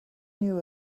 knew